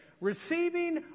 Receiving